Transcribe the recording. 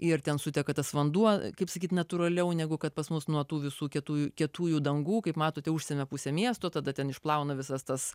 ir ten suteka tas vanduo kaip sakyt natūraliau negu kad pas mus nuo tų visų kietųjų kietųjų dangų kaip matot užsemia pusę miesto tada ten išplauna visas tas